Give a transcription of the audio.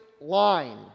line